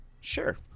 sure